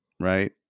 right